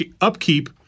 upkeep